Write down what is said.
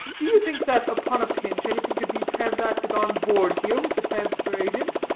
do you think that upon a pinch anything could be transacted on board here with the transfer-agent?